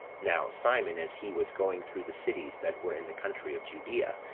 now simon, as he was going through the cities that were in the country of judea,